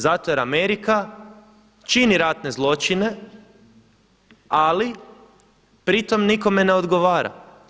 Zato jer Amerika čini ratne zločine, ali pritom nikome ne odgovara.